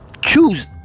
Choose